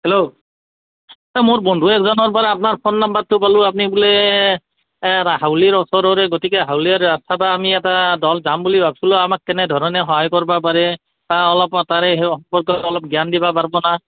hello এই মোৰ বন্ধু এজনৰ পৰা আপোনাৰ ফোন নম্বৰটো পালোঁ আপুনি বোলে হাউলিৰ ওচৰৰে গতিকে হাউলিত ৰাস চাবা আমি এটা দল যাম বুলি ভাবছিলোঁ আমাক কেনেধৰণে সহায় কৰিব পাৰে কিবা অলপ তাৰে ওপৰত জ্ঞান দিবা পাৰবা না